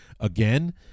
Again